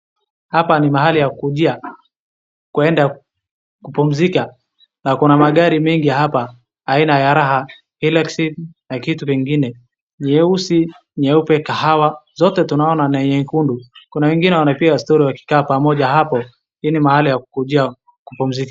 Hapa ni mahali ya kujia kuenda kupumzika na kuna magari mengi hapa aina ya Raha ileksi na kitu kengine nyeusi, nyeupe, kahawa zote tunaona na nyekundu, kuna watu wanapiga story wakikaa pamoja hapo. Hii ni mahali ya kukujia kupumzika.